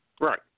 Right